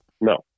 No